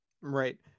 right